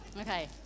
Okay